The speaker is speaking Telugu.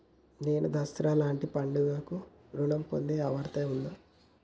నేను దసరా లాంటి పండుగ కు ఋణం పొందే అర్హత ఉందా?